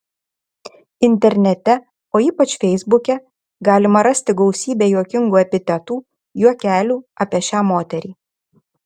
internete o ypač feisbuke galima rasti gausybę juokingų epitetų juokelių apie šią moterį